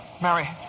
Mary